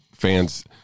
fans